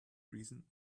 reason